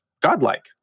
godlike